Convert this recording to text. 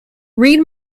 read